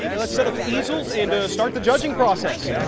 let's set up the easels and start the judging process.